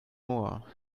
more